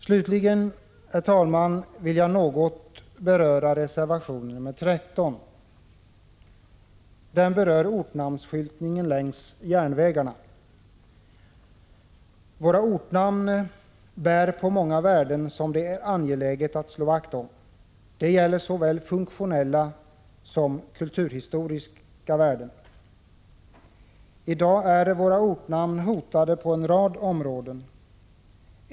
Slutligen, herr talman, vill jag något kommentera reservation nr 13. Den berör ortnamnsskyltningen längs järnvägarna. Våra ortnamn bär på många värden som det är angeläget att slå vakt om. Det gäller såväl funktionella som kulturhistoriska värden. I dag är våra ortnamn hotade på en rad områden.